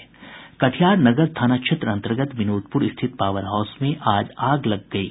कटिहार नगर थाना क्षेत्र अंतर्गत विनोदपुर स्थित पावर हाउस में आज आग लग गयी